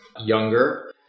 younger